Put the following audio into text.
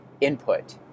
input